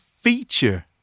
feature